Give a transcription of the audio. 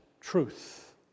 truth